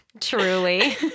truly